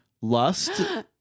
Lust